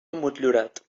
motllurat